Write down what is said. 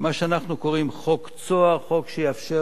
מה שאנחנו קוראים "חוק צהר"; חוק שיאפשר